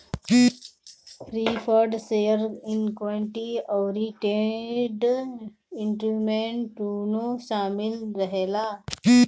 preferred share equity अउरी debt instrument दूनो शामिल रहेला